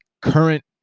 current